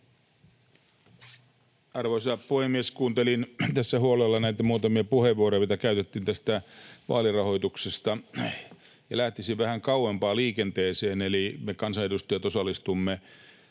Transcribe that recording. Arvoisa puhemies! Kuuntelin tässä huolella näitä muutamia puheenvuoroja, mitä käytettiin tästä vaalirahoituksesta, ja lähtisin vähän kauempaa liikenteeseen. Me kansanedustajat osallistumme